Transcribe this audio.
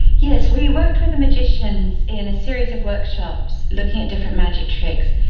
yes, we worked with the magicians in a series of workshops looking at different magic tricks,